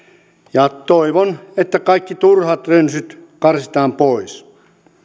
ja toivon että kaikki turhat rönsyt karsitaan pois